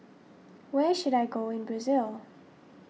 where should I go in Brazil